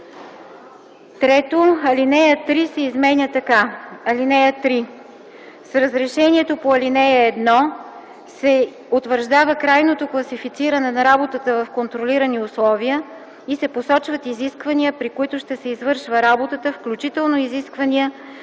3. Алинея 3 се изменя така: „(3) С разрешението по ал. 1 се утвърждава крайното класифициране на работата в контролирани условия, и се посочват изисквания, при които ще се извършва работата, включително изисквания,